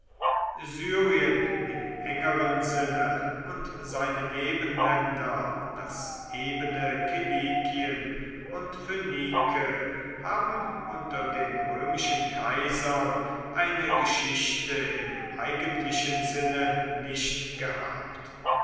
syrien im engeren sinne und seine nebenländer das ebene kilikien und phoenike haben unter den römischen kaisern eine geschichte im eigentlichen sinne nicht gehabt